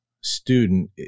student